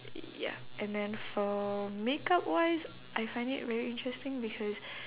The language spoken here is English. ya and then for makeup wise I find it very interesting because